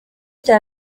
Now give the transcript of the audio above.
cya